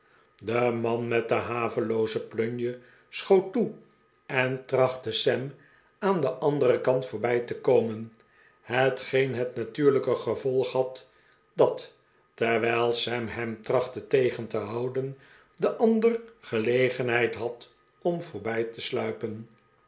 de man met de havelooze plunje schoot toe en trachtte sam aan den anderen kant voorbij te komen hetgeen het natuurlijke gevolg had dat terwijl sam hem trachtte tegen te houden de ander gelegenheid had om voorbij te sluipen